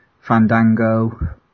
Fandango